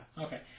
Okay